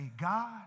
God